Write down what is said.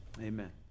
Amen